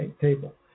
table